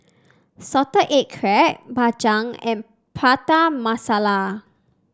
Salted Egg Crab Bak Chang and Prata Masala